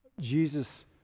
Jesus